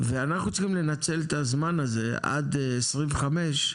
ואנחנו צריכים לנצל את הזמן הזה עד 2025,